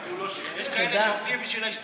יש כאלה שעובדים בשביל ההסתדרות,